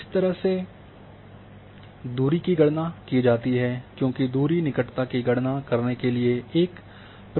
इस तरह से दूरी की गणना की जाती है क्योंकि दूरी निकटता की गणना करने के लिए एक प्रक्रिया है